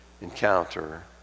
encounter